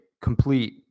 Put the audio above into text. Complete